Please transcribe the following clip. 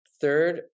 Third